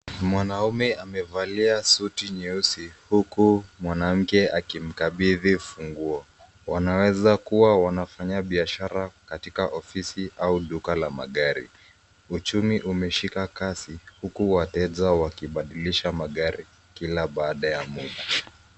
Mwanaume amevalia suti nyeusi huku mwanamke akimkabidhi funguo. Wanaweza kuwa wanafanya biashara katika ofisi au duka la magari. Uchumi umeshika kasi huku wateja wakibadilisha magari kila baada ya muda.